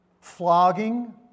flogging